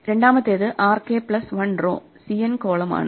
രണ്ടാമത്തേത് rk plus one row cn column ആണ്